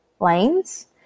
lanes